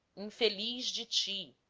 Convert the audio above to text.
infeliz de ti,